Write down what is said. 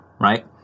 right